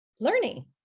learning